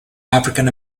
african